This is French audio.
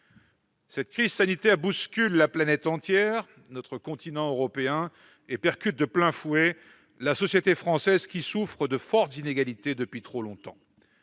Cette crise sanitaire bouscule la planète entière, notre continent européen, et percute de plein fouet la société française, qui souffre de fortes inégalités depuis trop longtemps.